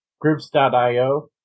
groups.io